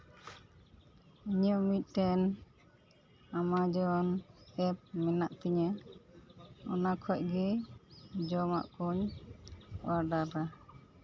ᱤᱧᱟᱹᱜ ᱢᱤᱫᱴᱮᱱ Amazon app ᱢᱮᱱᱟᱜ ᱛᱤᱧᱟᱹ ᱚᱱᱟ ᱠᱷᱚᱱ ᱜᱮ ᱡᱚᱢᱟᱜ ᱠᱚᱧ ᱚᱰᱟᱨᱟ